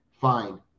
fine